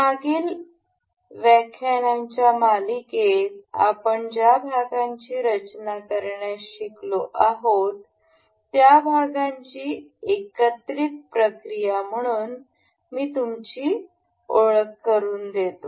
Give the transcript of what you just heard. मागील व्याख्यानांच्या मालिकेत आपण ज्या भागांची रचना तयार करण्यास शिकलो आहोत त्या भागांची एकत्रित प्रक्रिया करुन मी तुमची ओळख करुन देतो